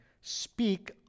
speak